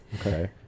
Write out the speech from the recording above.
Okay